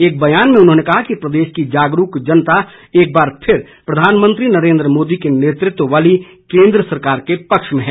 एक बयान में उन्होंने कहा कि प्रदेश की जागरूक जनता एक बार फिर प्रधानमंत्री नरेन्द्र मोदी के नेतृत्व वाली केन्द्र सरकार के पक्ष में है